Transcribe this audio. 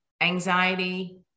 anxiety